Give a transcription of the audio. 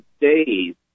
days